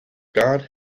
god